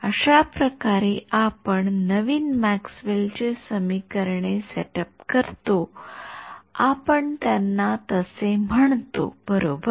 अशाप्रकारे आपण नवीन मॅक्सवेलची समीकरणे सेट अप करतो आपण त्यांना तसे म्हणतो बरोबर